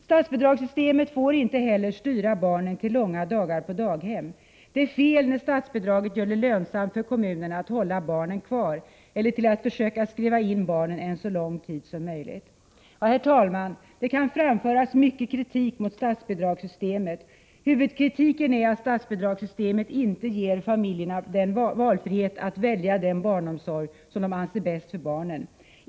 Statsbidragssystemet får inte heller styra barnen till långa dagar på daghem. Det är fel när statsbidrag gör det lönsamt för kommunerna att hålla barnen kvar eller att försöka skriva in dem så lång tid som möjligt. Herr talman! Det kan framföras mycken kritik mot statsbidragssystemet. Huvudkritiken är att det inte ger familjerna valfrihet att välja den barnomsorg de anser bäst för barnen.